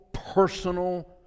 personal